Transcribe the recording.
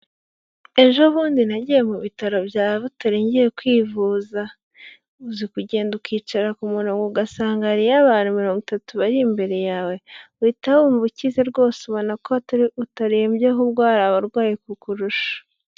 Ejo bundi nagiye mu bitaro bya Butare ngiye kwivuza, uzi kugenda ukicara ku murongo ugasangaya abantu mirongo itatu bari imbere yawe, uhita wumva ukize rwose, ubona ko utarembye ahubwo hari abarwaye kukurusha.